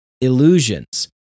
illusions